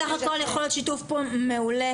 בסך הכל יכול להיות שיתוף פעולה מעולה